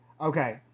okay